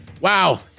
Wow